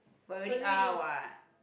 we already are what